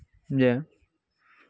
ᱡᱮ